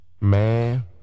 Man